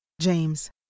James